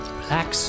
relax